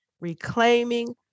Reclaiming